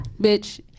bitch